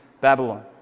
Babylon